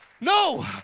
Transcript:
No